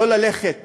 לא ללכת